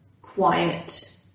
quiet